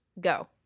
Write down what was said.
Go